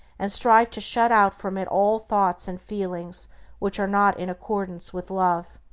and strive to shut out from it all thoughts and feelings which are not in accordance with love.